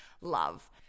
love